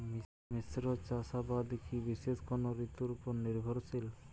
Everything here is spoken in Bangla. মিশ্র চাষাবাদ কি বিশেষ কোনো ঋতুর ওপর নির্ভরশীল?